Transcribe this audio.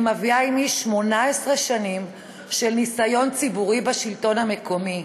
אני מביאה עימי 18 שנים של ניסיון ציבורי בשלטון המקומי,